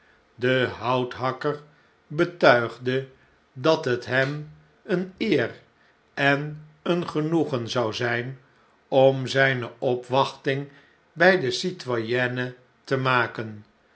de houthakker betuigde dat het hem eene eer en een genoegen zou zijn om zjjne opwachting by de citoyennete maken